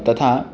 तथा